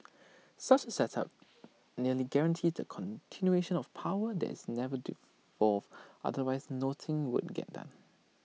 such A setup nearly guarantees the continuation of power that is never devolved otherwise nothing would get done